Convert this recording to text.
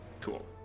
Cool